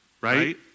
right